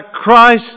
Christ